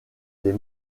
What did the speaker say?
des